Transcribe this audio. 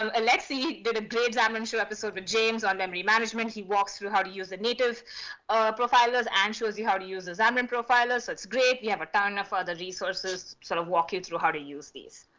um let's see, did a great xamarin show episode with james on memory management. he walks through how to use the native profilers and shows you how to use the xamarin profiler, so that's great. we have a ton of other resources sort of walk you through how to use these.